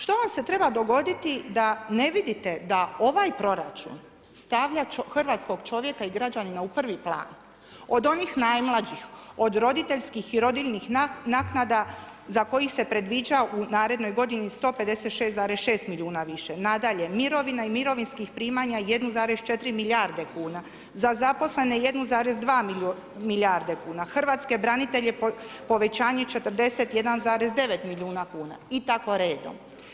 Što vam se treba dogoditi da ne vidite da ovaj proračun stavlja hrvatskog čovjeka i građanina u prvi plan, od onih najmlađih, od roditeljskih i rodiljnih naknada za kojih se predviđa u narednoj godini 156,6 milijuna više, nadalje mirovina i mirovinskih primanja 1,4 milijarde kuna, za zaposlene 1,2 milijarde kuna, hrvatske branitelje povećanje 41,9 milijuna kuna i tako redom.